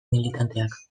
militanteak